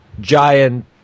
giant